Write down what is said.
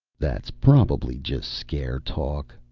that's probably just scare talk,